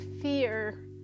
fear